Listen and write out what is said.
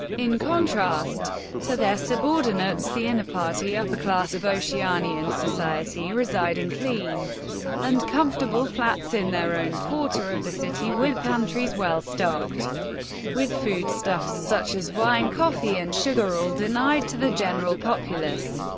in contrast to their subordinates, the inner party upper class of oceanian society reside in clean and comfortable flats in their own quarter of the city, with pantries well-stocked with foodstuffs such as wine, coffee and sugar, all denied to the general populace.